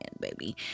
baby